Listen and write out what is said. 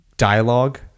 dialogue